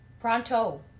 Pronto